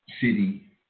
city